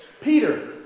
Peter